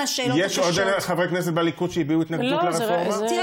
מוותרת, חברת הכנסת מירב בן ארי,